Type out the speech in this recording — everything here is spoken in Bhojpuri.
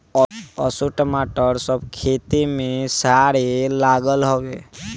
असो टमाटर सब खेते में सरे लागल हवे